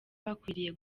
bakwiriye